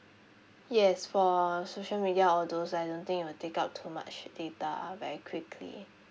yes for social media all those I don't think it will take up too much data very quickly